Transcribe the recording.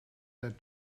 that